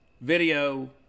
video